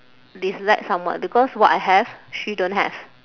dislike someone because what I have she don't have